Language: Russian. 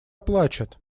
плачет